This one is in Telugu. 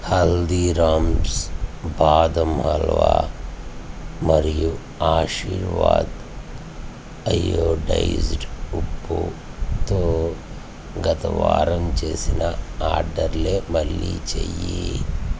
హల్దీరామ్స్ బాదం హల్వా మరియు ఆశీర్వాద్ అయోడైజ్డ్ ఉప్పుతో గత వారం చేసిన ఆర్డర్లే మళ్ళీ చేయి